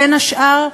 בין השאר,